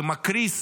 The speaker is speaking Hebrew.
ומקריס